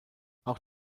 auch